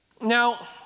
Now